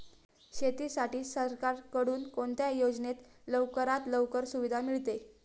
शेतीसाठी सरकारकडून कोणत्या योजनेत लवकरात लवकर सुविधा मिळते?